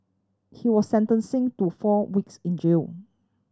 he was sentencing to four weeks in jail